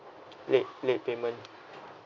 late late payment